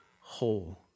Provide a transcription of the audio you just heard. whole